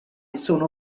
sono